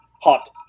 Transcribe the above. Hot